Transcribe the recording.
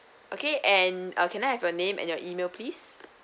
okay and uh can I have your name and your email please